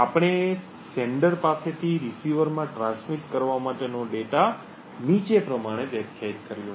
આપણે પ્રેષક પાસેથી રીસીવરમાં ટ્રાન્સમિટ કરવા માટેનો ડેટા નીચે પ્રમાણે વ્યાખ્યાયિત કર્યો છે